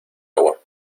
agua